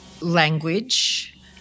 language